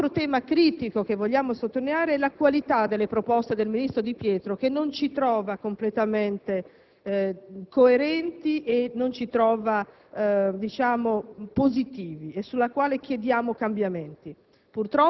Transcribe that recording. altro tema critico che vogliamo sottolineare è la qualità delle proposte del ministro Di Pietro, che non ci trova completamente coerenti e, per così dire, positivi e sulle quali chiediamo cambiamenti.